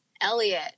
Elliot